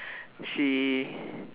she